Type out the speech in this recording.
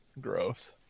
Gross